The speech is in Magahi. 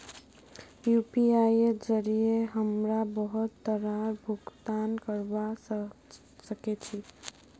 यूपीआईर जरिये हमरा बहुत तरहर भुगतान करवा सके छी